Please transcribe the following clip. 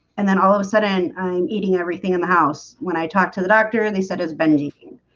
and then all of a sudden i'm eating everything in the house when i talked to the doctor, and they said it's been juking